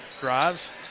drives